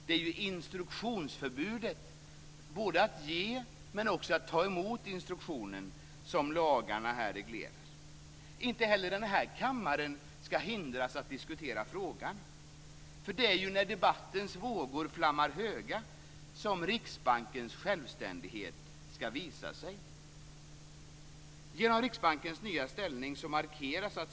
Det är ju instruktionsförbudet, både att ge men också att ta emot instruktioner, som lagarna reglerar. Inte heller den här kammaren skall hindras från att diskutera frågan. Det är ju när debattens lågor flammar höga som Riksbankens självständighet skall visa sig.